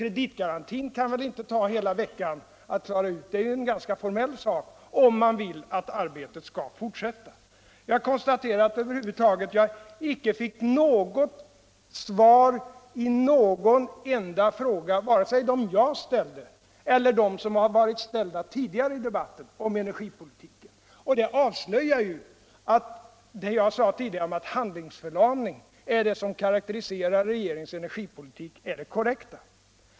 Kreditgarantin kan väl inte tua hela veckan att klara ut: Det är en ganska formell såk, om man vill att arbetet skall fortsätta. Jag konstaterar att jug över huvud taget icke fått något svar på någon enda fråga. vare sig de frågor jag ställde eller frågor som ställts tidigare i debatten om energipolitiken. Det avslöjar ju att det jag sade tidigare om att handiingsförlamning är vad som karakteriserar regeringens energipolitik är korrekt.